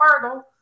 fertile